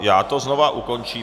Já to znovu ukončím.